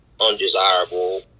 undesirable